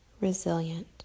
resilient